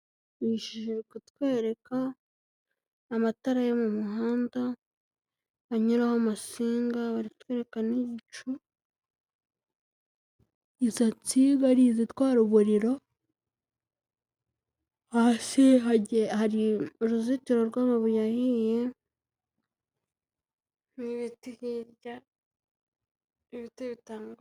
Iyi shusho iri kutwereka, amatara yo mu muhanda anyuraho amasinga. Bari kutwereka n'ibicu, izo nsinga ni izitawara umuriro. Hasi hagiye hari uruzitiro rw'amabuye ahiye n'ibiti hirya. ibiti bitandu